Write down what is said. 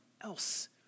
else